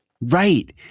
right